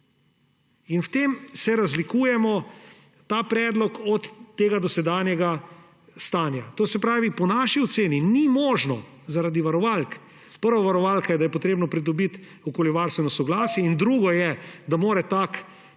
ne. V tem se razlikuje ta predlog od tega dosedanjega stanja. To se pravi, po naši oceni ni možno zaradi varovalk – prva varovalka je, da je potrebno pridobiti okoljevarstveno soglasje, in drugo je, da mora tako